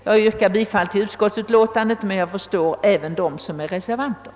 Jag yrkar alltså bifall till utskottsmajoritetens hemställan, men jag förstår även dem som är reservanter.